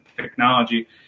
technology